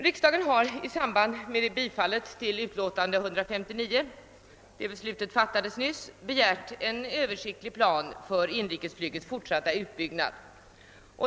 Riksdagen har i samband med bifall till statsutskottets förslag i dess utlåtande nr 159 — det beslutet fattades nyss — begärt en översiktlig plan för inrikesflygets fortsatta utbyggnad.